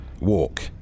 Walk